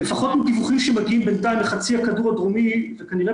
לפחות מדיווחים שמגיעים בינתיים מחצי הכדור הדרומי כנראה